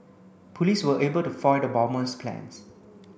police were able to foil the bomber's plans